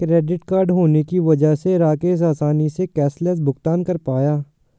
credit card होने की वजह से राकेश आसानी से कैशलैस भुगतान कर पाया